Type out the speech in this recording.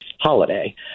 holiday